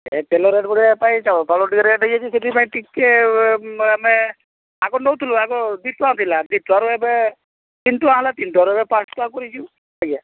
ତେଲ ରେଟ୍ ବଢ଼ିବା ପାଇଁ ଚାଉଳ ଫାଉଳ ଟିକେ ରେଟ ହୋଇଯାଇଛି ସେଥିପାଇଁ ଟିକିଏ ଆମେ ଆଗରୁ ନେଉଥିଲୁ ଆଗ ଦୁଇ ଟଙ୍କା ଥିଲା ଦୁଇ ଟଙ୍କାରୁ ଏବେ ତିନି ଟଙ୍କା ହେଲା ତିନି ଟଙ୍କାରୁ ଏବେ ପାଞ୍ଚ ଟଙ୍କା କରିଛୁ ଆଜ୍ଞା